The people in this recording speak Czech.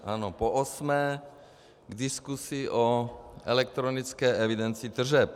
Ano, poosmé k diskusi o elektronické evidenci tržeb.